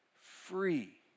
free